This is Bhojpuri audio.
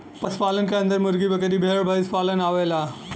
पशु पालन क अन्दर मुर्गी, बकरी, भेड़, भईसपालन आवेला